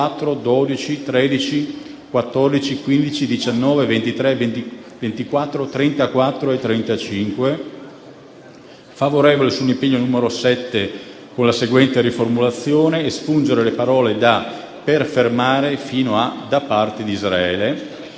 12, 13, 14, 15, 19, 23, 24, 34 e 35. Esprime parere favorevole sull'impegno n. 7 con la seguente riformulazione: espungere le parole da «per fermare» fino a «da parte di Israele».